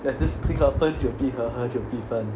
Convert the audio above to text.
there's this thing called 分久必合合久必分